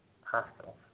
hospitals